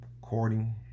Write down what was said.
courting